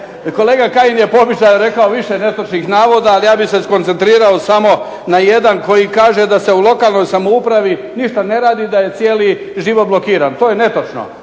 Kolega Kajin je po običaju rekao više netočnih navoda, ali ja bih se skoncentrirao samo na jedan koji kaže da se u lokalnoj samoupravi ništa ne radi, da je cijeli život blokiran. To je netočno.